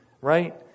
right